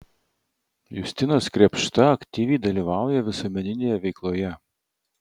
justinas krėpšta aktyviai dalyvauja visuomeninėje veikloje